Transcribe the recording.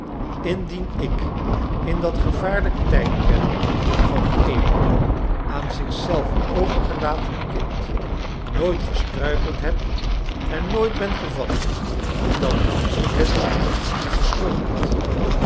indien ik in dat gevaarlijk tijdperk van een aan zich zelf overgelaten kind nooit gestruikeld heb en nooit ben gevallen dan ben ik het aan u verschuldigd